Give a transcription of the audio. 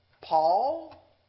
Paul